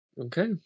Okay